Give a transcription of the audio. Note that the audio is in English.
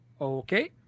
Okay